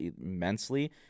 immensely